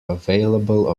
available